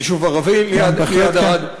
יישוב ערבי ליד ערד.